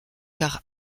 car